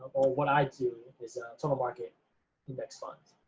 or what i do is total market index funds.